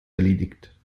erledigt